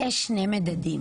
יש שתי מדדים,